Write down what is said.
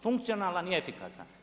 Funkcionalan i efikasan.